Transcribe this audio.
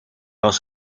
was